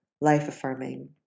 life-affirming